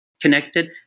connected